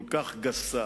כל כך גסה,